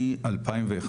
מ-2001,